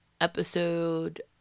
episode